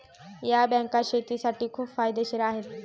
या बँका शेतीसाठी खूप फायदेशीर आहेत